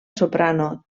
soprano